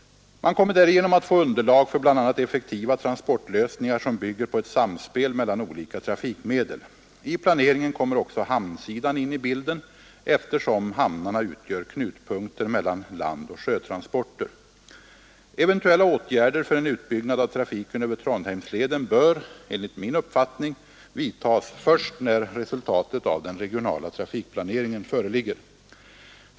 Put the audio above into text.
Man kommer därigenom att få underlag för bl.a. effektiva transportlösningar, som bygger på ett samspel mellan olika trafikmedel. I planeringen kommer också hamnsidan in i bilden, eftersom hamnarna utgör knutpunkter mellan landoch sjötransporter. Eventuella åtgärder för en utbyggnad av trafiken över Trondheimsleden bör, enligt min uppfattning, vidtas först när resultatet av den regionala trafikplaneringen föreligger.